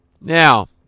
now